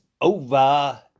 over